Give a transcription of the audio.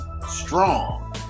strong